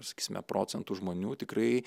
sakysime procentų žmonių tikrai